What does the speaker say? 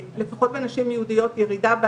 אני יכולה להגיד שלפני 15 שנה היינו הרבה יותר